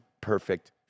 perfect